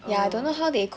err